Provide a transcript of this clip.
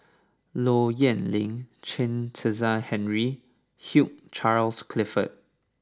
Low Yen Ling Chen Kezhan Henri and Hugh Charles Clifford